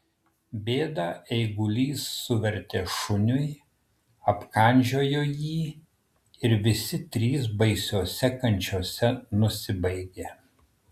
bėdą eigulys suvertė šuniui apkandžiojo jį ir visi trys baisiose kančiose nusibaigė